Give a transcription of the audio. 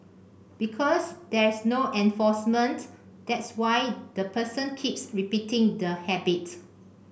because there's no enforcement that's why the person keeps repeating the habits